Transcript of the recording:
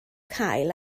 cael